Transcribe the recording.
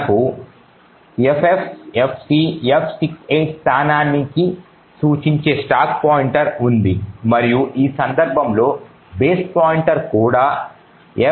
మనకు ffffcf68 స్థానానికి సూచించే స్టాక్ పాయింటర్ ఉంది మరియు ఈ సందర్భంలో బేస్ పాయింటర్ కూడా ffffcf68